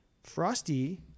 Frosty